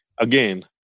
again